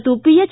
ಮತ್ತು ಪಿಎಚ್